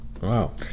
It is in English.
Wow